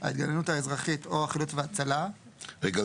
ההתגוננות האזרחית או החילוץ וההצלה --- רגע,